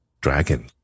dragon